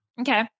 Okay